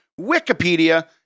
Wikipedia